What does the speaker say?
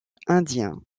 indiens